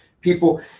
people